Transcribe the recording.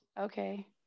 Okay